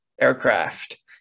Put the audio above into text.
aircraft